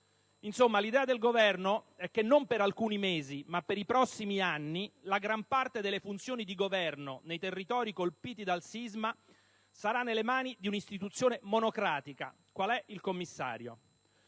l'idea del Governo è che, non per alcuni mesi, ma per i prossimi anni, la gran parte delle funzioni di governo nei territori colpiti dal sisma sarà nelle mani di un'istituzione monocratica qual è il commissario.